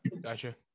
Gotcha